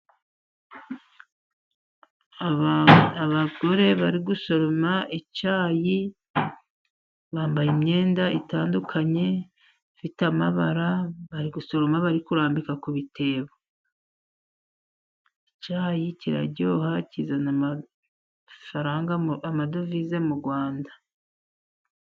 Abagore bari gusoroma icyayi, bambaye imyenda itandukanye ifite amabara. Bari gusoroma, bari kurambika ku bitebo. Icyayi kiraryoha, kizana amafaranga, amadovize mu Rwanda.